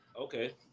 Okay